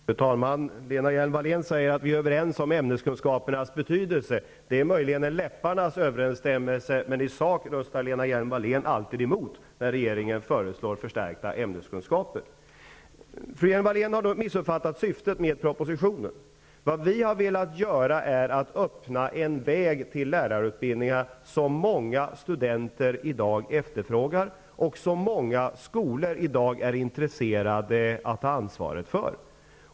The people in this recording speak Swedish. Fru talman! Lena Hjelm-Wallén säger att vi är överens om ämneskunskapernas betydelse. Det är möjligen en läpparnas överensstämmelse. I sak röstar Lena Hjelm-Wallén alltid emot när regeringen föreslår en förstärkning av ämneskunskaperna. Fru Hjelm-Wallén har missuppfattat syftet med propositionen. Vad vi har velat göra är att öppna en väg till lärarutbildningar som många studenter i dag efterfrågar och som många skolor i dag är intresserade av att ta ansvaret för.